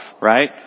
right